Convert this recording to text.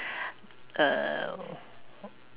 err